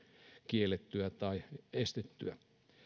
kiellettyä tai estettyä